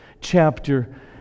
chapter